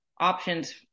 options